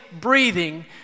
breathing